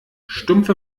stumpfe